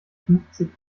fünfzig